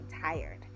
tired